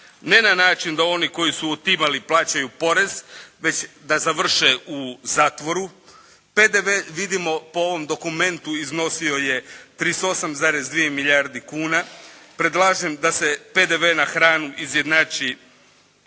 ne na način da oni koji su utajivali plaćaju porez već da završe u zatvoru, PDV vidimo po ovom dokumentu iznosio je 38,2 milijardi kuna, predlažem da se PDV na hranu izjednači